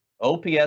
OPS